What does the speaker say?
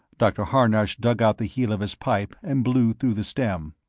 dr. harnosh dug out the heel of his pipe and blew through the stem.